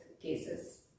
cases